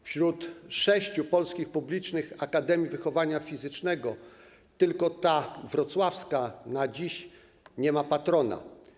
Wśród sześciu polskich publicznych akademii wychowania fizycznego tylko ta, wrocławska, dziś nie ma patrona.